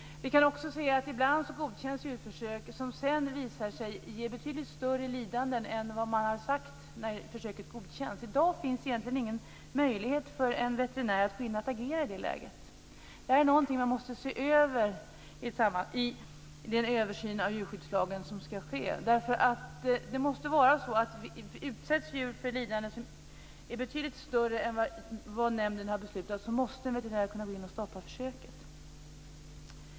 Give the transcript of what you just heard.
Vi kan också se att djurförsök har godkänts som sedan visat sig ge betydligt större lidande än vad man sade när försöket godkändes. I dag finns egentligen ingen möjlighet för en veterinär att gå in och agera i det läget. Det här är någonting som man måste se över i den översyn av djurskyddslagen som ska ske. Om djur utsätts för lidande som är betydligt större än vad nämnden har beslutat, måste en veterinär kunna gå in och stoppa försöket.